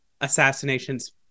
assassinations